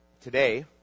today